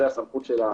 זה הסמכות שלה